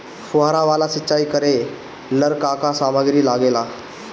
फ़ुहारा वाला सिचाई करे लर का का समाग्री लागे ला?